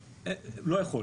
הוא לא יכול,